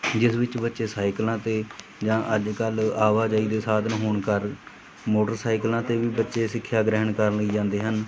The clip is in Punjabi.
ਜਿਸ ਵਿੱਚ ਬੱਚੇ ਸਾਈਕਲਾਂ 'ਤੇ ਜਾਂ ਅੱਜ ਕੱਲ੍ਹ ਆਵਾਜਾਈ ਦੇ ਸਾਧਨ ਹੋਣ ਕਾਰਨ ਮੋਟਰਸਾਈਕਲਾਂ 'ਤੇ ਵੀ ਬੱਚੇ ਸਿੱਖਿਆ ਗ੍ਰਹਿਣ ਕਰਨ ਲਈ ਜਾਂਦੇ ਹਨ